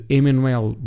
Emmanuel